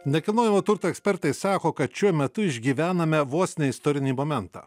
nekilnojamo turto ekspertai sako kad šiuo metu išgyvename vos ne istorinį momentą